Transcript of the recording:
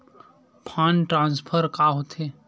Fund transfer का होथे?